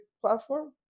platform